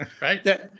Right